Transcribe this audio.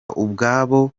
ubwabo